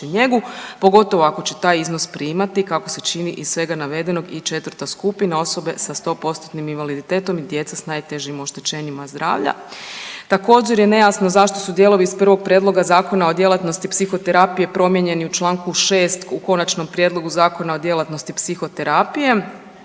pogotovo ako će taj iznos primati, kako se čini iz svega navedenog i 4. skupina, osobe sa 100%-tnim invaliditetom i djeca s najtežim oštećenjima zdravlja. Također je nejasno zašto su dijelovi iz prvog prijedloga zakona o djelatnosti psihoterapije promijenjeni u čl. 6 u konačnom prijedlogu zakona o djelatnosti psihoterapije.